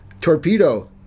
torpedo